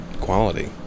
quality